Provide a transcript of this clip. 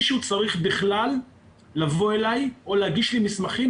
שהוא צריך בכלל לבוא אלי או להגיש לי מסמכים,